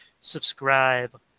subscribe